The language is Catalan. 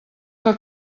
que